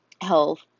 health